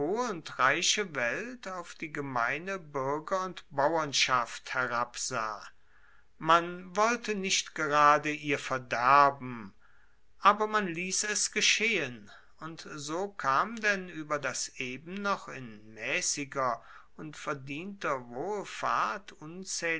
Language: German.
und reiche welt auf die gemeine buerger und bauernschaft herabsah man wollte nicht gerade ihr verderben aber man liess es geschehen und so kam denn ueber das eben noch in maessiger und verdienter wohlfahrt